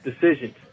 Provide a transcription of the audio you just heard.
decisions